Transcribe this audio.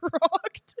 rocked